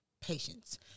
patience